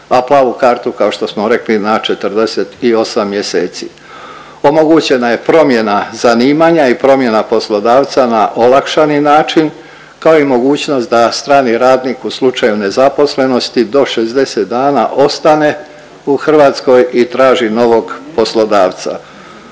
a plavu kartu kao što smo rekli na 48 mjeseci. Omogućena je promjena zanimanja i promjena poslodavca na olakšani način kao i mogućnost da strani radnik u slučaju nezaposlenosti do 60 dana ostane u Hrvatskoj i traži novog poslodavca.